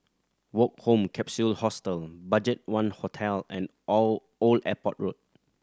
Woke Home Capsule Hostel BudgetOne Hotel and Old Airport Road